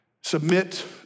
submit